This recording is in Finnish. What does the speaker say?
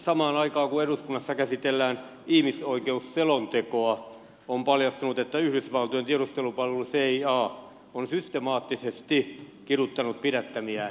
samaan aikaan kun eduskunnassa käsitellään ihmisoikeusselontekoa on paljastunut että yhdysvaltojen tiedustelupalvelu cia on systemaattisesti kiduttanut pidättämiään ihmisiä